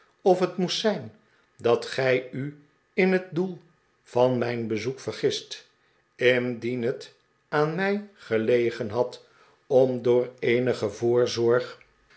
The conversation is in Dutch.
of het moest zijn dat gij u in het do el van mijn bezoek vergist indien het aan mij gelegen had om door